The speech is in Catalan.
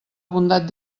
bondat